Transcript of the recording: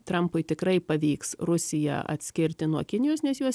trampui tikrai pavyks rusiją atskirti nuo kinijos nes juos